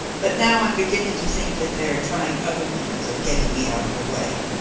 but now i am beginning to think that they are trying other means of getting me out of the way.